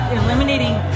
eliminating